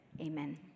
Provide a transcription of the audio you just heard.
Amen